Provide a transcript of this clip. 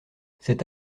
cet